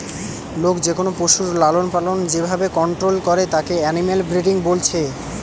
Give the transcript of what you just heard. লোক যেকোনো পশুর লালনপালন যে ভাবে কন্টোল করে তাকে এনিম্যাল ব্রিডিং বলছে